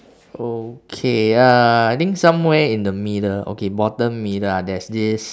okay ya I think somewhere in the middle okay bottom middle ah there's this